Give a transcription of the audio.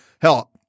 Hell